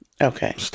Okay